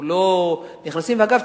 ואגב,